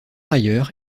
ailleurs